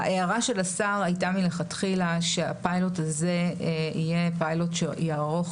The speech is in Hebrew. ההערה של השר הייתה מלכתחילה שהפיילוט הזה יהיה פיילוט שיערוך